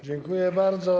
Dziękuję bardzo.